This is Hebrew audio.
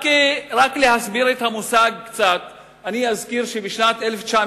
רק כדי להסביר קצת את המושג אני אזכיר שבשנת 1999